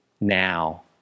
now